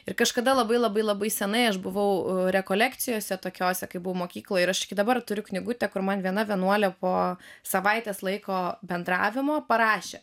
ir kažkada labai labai labai seniai aš buvau rekolekcijose tokiose kaip buvau mokykloj ir aš iki dabar turiu knygutę kur man viena vienuolė po savaitės laiko bendravimo parašė